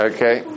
Okay